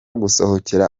gusohokera